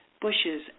bushes